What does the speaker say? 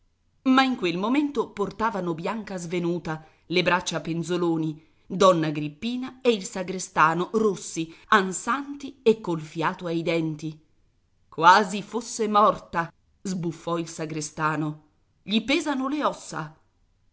ma in quel momento portavano bianca svenuta le braccia penzoloni donna agrippina e il sagrestano rossi ansanti e col fiato ai denti quasi fosse morta sbuffò il sagrestano gli pesano le ossa